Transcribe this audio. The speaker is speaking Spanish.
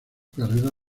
carrera